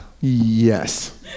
Yes